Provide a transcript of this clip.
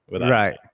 Right